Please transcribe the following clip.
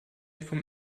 vom